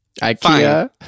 Ikea